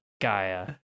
Gaia